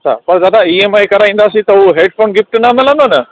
अच्छा पर दादा ई एम आई कराईंदासीं त हू हेडफ़ोन गिफ़्ट न मिलंदो न